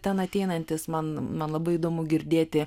ten ateinantys man man labai įdomu girdėti